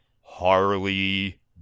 Harley